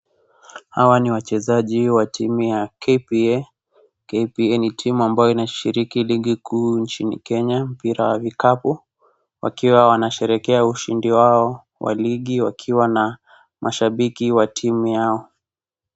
Hawa ni wachezaji wa timu ya KPA, KPA ni timu ambayo inashiriki ligi kuu nchini Kenya mpira wa vikabu wakiwa wanasherekea ushindi wao wa ligi wakiwa na mashabiki wa timu yao.